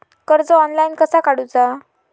कर्ज ऑनलाइन कसा काडूचा?